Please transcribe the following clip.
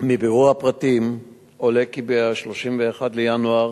מבירור הפרטים עולה כי ב-31 בינואר